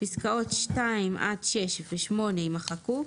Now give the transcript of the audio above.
פסקאות (2) עד (6) ו-(8) יימחקו,